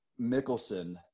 Mickelson